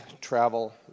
travel